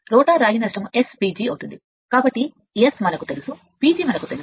rotor రాగి నష్టం SPG అవుతుంది కాబట్టి S మనకు తెలుసు PG మనకు తెలుసు